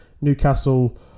Newcastle